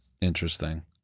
interesting